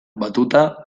batuta